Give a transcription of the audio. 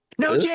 No